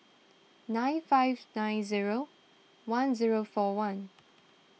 nine five nine zero one zero four one